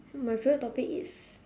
my favourite topic is